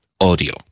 audio